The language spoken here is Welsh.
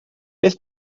beth